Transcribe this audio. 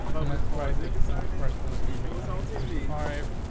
and let's write that in the first one is gonna three hundred and twenty five.